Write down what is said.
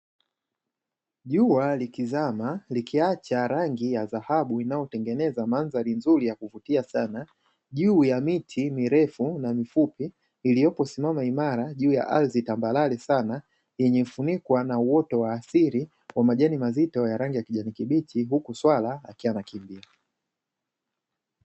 Jua likizama likiacha rangi ya dhahabu linalotengeneza mandhari nzuri ya kuvutia sana juu ya miti mirefu na mifupi iliyo simama imara juu ya ardhi tambarare sana iliyofunikwa na uoto wa asili wa majani mazito ya rangi ya kijani kibichi, huku swala akiwa anakimbia.